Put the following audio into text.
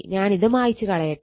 ഞാനിത് മായിച്ച് കളയട്ടെ